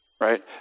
right